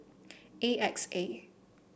A X A